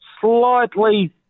slightly